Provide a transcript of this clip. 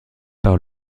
par